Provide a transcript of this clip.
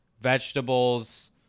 vegetables